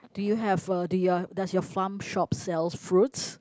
do you have uh do your does your farm shop sells fruits